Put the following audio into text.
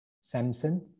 Samson